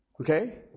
okay